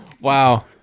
Wow